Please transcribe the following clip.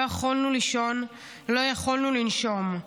לא יכולנו לישון, לא יכולנו לנשום.